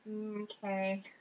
Okay